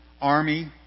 army